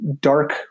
dark